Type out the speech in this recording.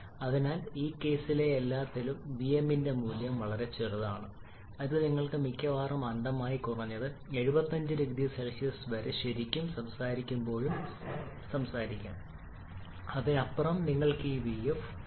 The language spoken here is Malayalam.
അതിനാൽ ഈ കേസിലെ എല്ലാത്തിനും വിഎഫിന്റെ മൂല്യം വളരെ ചെറുതാണ് അത് നിങ്ങൾക്ക് മിക്കവാറും അന്ധമായി കുറഞ്ഞത് 75 0 സി വരെ ശരിക്കും സംസാരിക്കുമ്പോഴും സംസാരിക്കാം അതിനപ്പുറം നിങ്ങൾക്ക് ഈ വിഎഫ് 0